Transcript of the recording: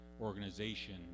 organization